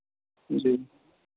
जी